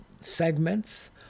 segments